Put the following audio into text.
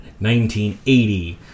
1980